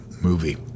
movie